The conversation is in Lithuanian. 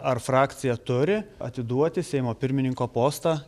ar frakcija turi atiduoti seimo pirmininko postą